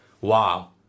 wow